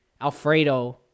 Alfredo